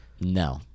No